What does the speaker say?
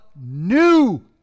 new